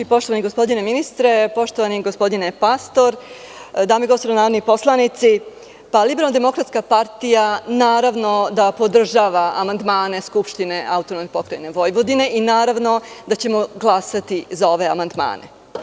Poštovani gospodine ministre, poštovani gospodine Pastor, dame i gospodo narodni poslanici, LDP naravno da podržava amandmane Skupštine AP Vojvodine i naravno da ćemo glasati za ove amandmane.